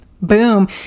Boom